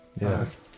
Yes